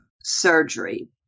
surgery